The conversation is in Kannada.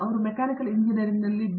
ಅವರು ಮೆಕ್ಯಾನಿಕಲ್ ಎಂಜಿನಿಯರಿಂಗ್ನಲ್ಲಿ ಬಿ